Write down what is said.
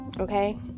okay